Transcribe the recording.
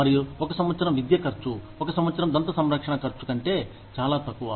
మరియు ఒక సంవత్సరం విద్య ఖర్చు ఒక సంవత్సరం దంత సంరక్షణ ఖర్చు కంటే చాలా తక్కువ